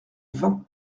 vingt